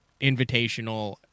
invitational